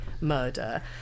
murder